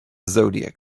zodiac